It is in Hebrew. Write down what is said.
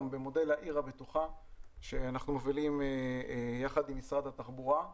במודל העיר הבטוחה שאנחנו מובילים יחד עם משרד התחבורה.